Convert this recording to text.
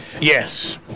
Yes